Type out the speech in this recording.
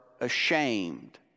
ashamed